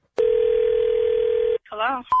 Hello